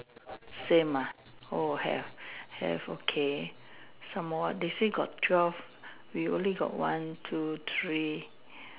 same ah have have okay some more they say got twelve we only got one two three